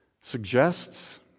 Suggests